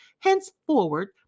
Henceforward